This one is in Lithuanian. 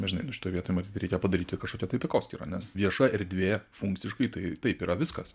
na žinai nu šitoj vietoj matyt reikia padaryti kažkokią tai takoskyrą nes vieša erdvė funkciškai tai taip yra viskas